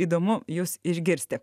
įdomu jus išgirsti